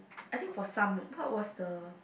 I think for some what was the